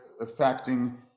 affecting